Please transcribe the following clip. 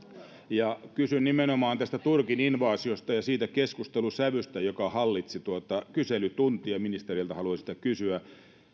kysyn nimenomaan tästä turkin invaasiosta ja siitä keskustelun sävystä joka hallitsi tuota kyselytuntia ministeriltä haluan siitä kysyä